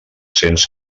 cents